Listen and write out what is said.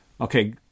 okay